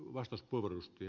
arvoisa puhemies